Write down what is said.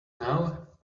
now